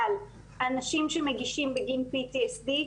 אבל אנשים שמגישים בגין PTSD,